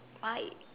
why